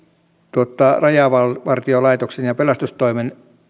ainakin rajavartiolaitoksen ja pelastustoimen